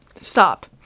stop